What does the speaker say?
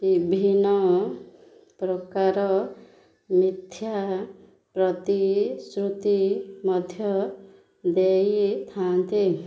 ବିଭିନ୍ନ ପ୍ରକାର ମିଥ୍ୟା ପ୍ରତିଶ୍ରୁତି ମଧ୍ୟ ଦେଇଥାନ୍ତି